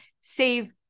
save